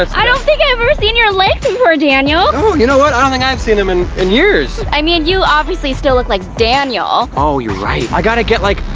i don't think i've ever seen your legs before, daniel. oh, you know what? i don't think i've seen them in, in years. i mean, you obviously still look like daniel, oh, you're right. i got to get, like,